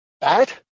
bad